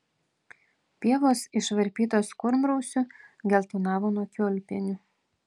pievos išvarpytos kurmrausių geltonavo nuo kiaulpienių